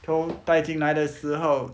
偷带进来的时候